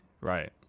Right